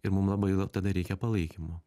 ir mum labai la tada reikia palaikymo